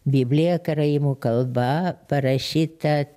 bibliją karaimų kalba parašytą